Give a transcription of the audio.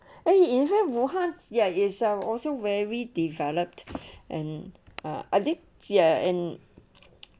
eh inhaled weuhan ya is ah also very developed and uh i think is ya in